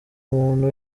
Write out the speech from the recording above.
umuntu